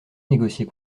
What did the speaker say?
négocier